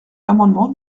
l’amendement